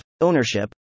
Ownership